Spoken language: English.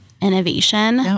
innovation